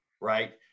right